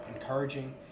encouraging